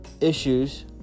issues